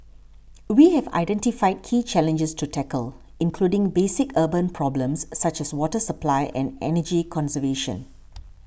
we have identified key challenges to tackle including basic urban problems such as water supply and energy conservation